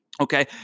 Okay